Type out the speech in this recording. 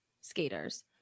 skaters